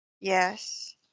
yes